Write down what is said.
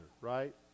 right